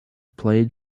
played